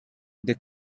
they